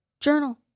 Journal